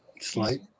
slight